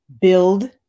build